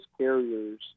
carrier's